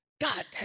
God